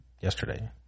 yesterday